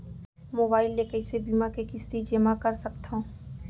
Mobile ले कइसे बीमा के किस्ती जेमा कर सकथव?